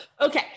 Okay